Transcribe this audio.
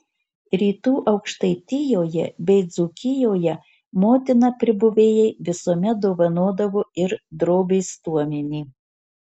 rytų aukštaitijoje bei dzūkijoje motina pribuvėjai visuomet dovanodavo ir drobės stuomenį